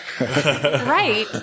Right